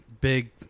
big